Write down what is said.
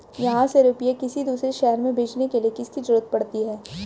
यहाँ से रुपये किसी दूसरे शहर में भेजने के लिए किसकी जरूरत पड़ती है?